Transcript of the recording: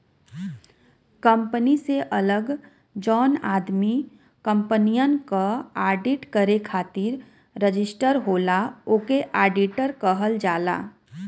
company से अलग जौन आदमी कंपनियन क आडिट करे खातिर रजिस्टर होला ओके आडिटर कहल जाला